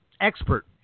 expert